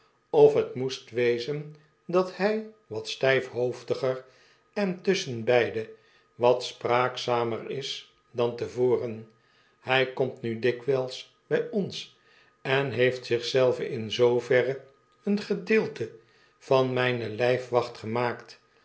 of het moest wezen dat hy wat sttjfhoofdiger en tusschesnbeide wat spraakzamer is dan te voren hij komt nu dikwijls by ons en heeft zich zelven in zooverre een gedeelte vanmijne lyfwacht gemaakt